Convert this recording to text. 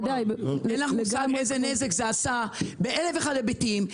אין לך מושג איזה נזק זה עשה חוסר החשמל באלף ואחד היבטים,